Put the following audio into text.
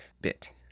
bit